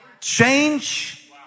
change